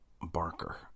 Barker